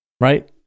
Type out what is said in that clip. right